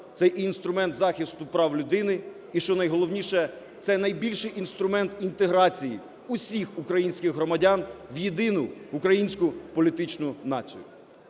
це інструмент захисту прав людини, і що найголовніше, це найбільший інструмент інтеграції всіх українських громадян в єдину українську політичну націю.